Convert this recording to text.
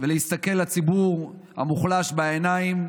ולהסתכל לציבור המוחלש בעיניים,